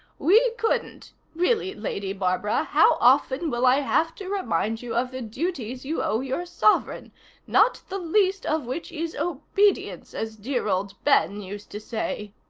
we couldn't. really, lady barbara, how often will i have to remind you of the duties you owe your sovereign not the least of which is obedience, as dear old ben used to say.